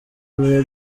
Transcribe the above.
bihe